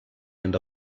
end